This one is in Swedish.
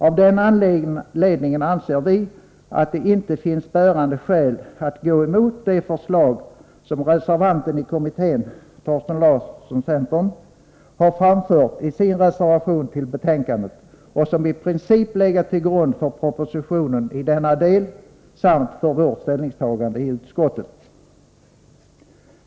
Av den anledningen anser vi att det inte finns bärande skäl att gå emot det förslag som reservanten i kommittén, centerpartisten Thorsten Larsson, har framfört i sin reservation till betänkandet och som i princip legat till grund för propositionen i denna del samt för vårt ställningstagande i utskottet.